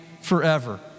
forever